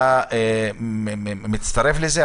אתה מצטרף לזה?